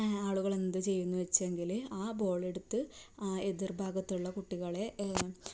ആളുകൾ എന്ത് ചെയ്യും എന്ന് വെച്ചെങ്കിൽ ആ ബോളെടുത്ത് എതിർഭാഗത്തുള്ള കുട്ടികളെ